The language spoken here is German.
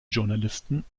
journalisten